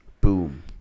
Boom